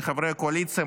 לחברי הקואליציה,